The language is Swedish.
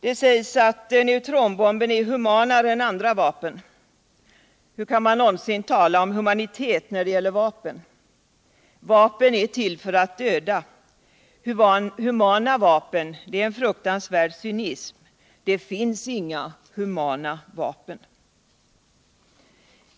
Det sägs att neutronbomben är humanare än andra vapen. Hur kan man någonsin tala om humanitet när det gäller vapen”? Vapen är till för att döda. Att tala om humana vapen är en fruktansvärd cynism —- det finns inga humana vapen.